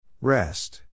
Rest